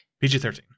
PG-13